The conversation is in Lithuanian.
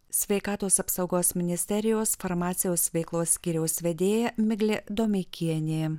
sveikatos apsaugos ministerijos farmacijos veiklos skyriaus vedėja miglė domeikienė